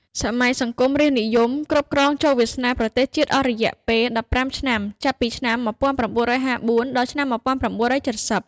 សម័យសង្គមរាស្ត្រនិយម គ្រប់គ្រងជោគវាសនាប្រទេសជាតិអស់រយៈពេល ១៥ ឆ្នាំ ចាប់ពីឆ្នាំ ១៩៥៤ ដល់ឆ្នាំ ១៩៧០។